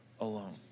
alone